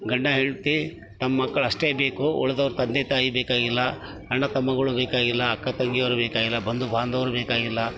ಗಂಡ ಹೆಂಡತಿ ತಮ್ಮ ಮಕ್ಳು ಅಷ್ಟೇ ಬೇಕು ಉಳ್ದವ್ರು ತಂದೆ ತಾಯಿ ಬೇಕಾಗಿಲ್ಲ ಅಣ್ಣ ತಮ್ಮಗಳು ಬೇಕಾಗಿಲ್ಲ ಅಕ್ಕ ತಂಗಿಯರು ಬೇಕಾಗಿಲ್ಲ ಬಂಧು ಬಾಂಧವರು ಬೇಕಾಗಿಲ್ಲ